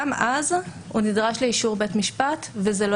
גם אז הוא נדרש לאישור בית משפט וזה לא